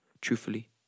truthfully